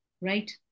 right